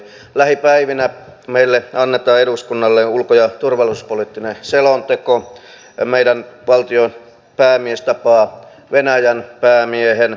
lähipäivinä meille eduskunnalle annetaan ulko ja turvallisuuspoliittinen selonteko ja meidän valtionpäämiehemme tapaa venäjän päämiehen